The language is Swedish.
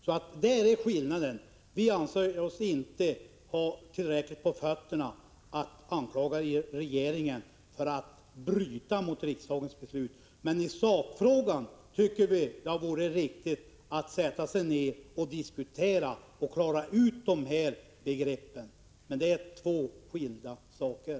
Däri ligger skillnaden. Vi anser oss inte ha tillräckligt på fötterna för att anklaga regeringen för att bryta mot riksdagens beslut. Men i sakfrågan anser vi att det hade varit riktigt att sätta sig ned för att diskutera saken och klara ut begreppen. Här gäller det emellertid två skilda saker.